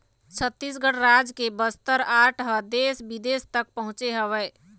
छत्तीसगढ़ राज के बस्तर आर्ट ह देश बिदेश तक पहुँचे हवय